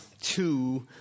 two